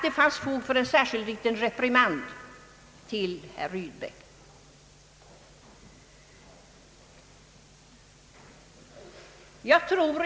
Ni var så segervissa.